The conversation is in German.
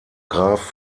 graf